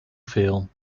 fail